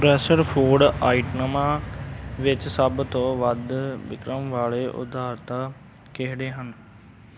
processed food ਆਈਟਮਾਂ ਵਿੱਚ ਸਭ ਤੋਂ ਵੱਧ ਵਿਕਣ ਵਾਲੇ ਉਦਾਰਤ ਕਿਹੜੇ ਹਨ